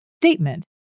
statement